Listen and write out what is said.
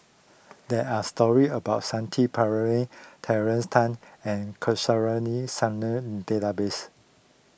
there are stories about Shanti Pereira Tracey Tan and Kamsari Salam in the database